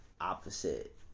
opposite